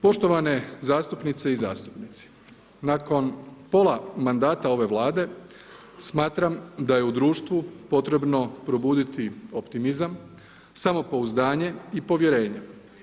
Poštovane zastupnice i zastupnici, nakon pola mandata ove vlade, smatram da je u društvu potrebno probuditi optimizam, samopouzdanje i povjerenje.